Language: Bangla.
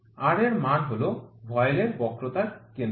R এর মান হল ভয়েলের বক্রতার কেন্দ্র